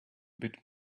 bit